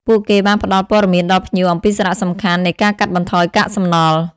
ពួកគេបានផ្តល់ព័ត៌មានដល់ភ្ញៀវអំពីសារៈសំខាន់នៃការកាត់បន្ថយកាកសំណល់។